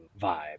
vibe